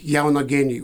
jauną genijų